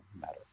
matter